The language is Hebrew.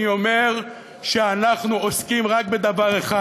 אני אומר שאנחנו עוסקים רק בדבר אחד,